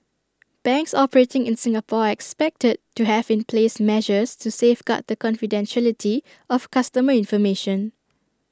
banks operating in Singapore are expected to have in place measures to safeguard the confidentiality of customer information